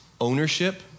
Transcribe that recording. ownership